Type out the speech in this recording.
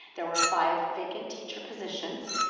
there were five vacant teacher positions.